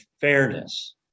fairness